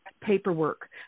paperwork